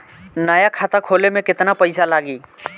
नया खाता खोले मे केतना पईसा लागि?